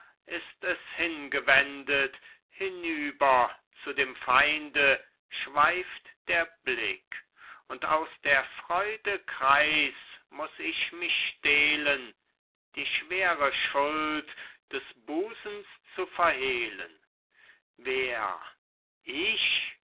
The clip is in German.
ist es hingewendet hinüber zu dem feinde schweift der blick und aus der freude kreis muß ich mich stehlen die schwere schuld des busens zu verhehlen wer ich